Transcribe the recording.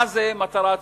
מה זה מטרה ציבורית,